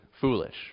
foolish